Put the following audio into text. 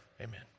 Amen